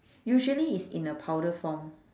usually it's in a powder form